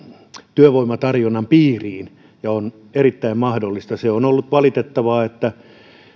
työvoimatarjonnan piiriin ja se on erittäin mahdollista se on ollut valitettavaa että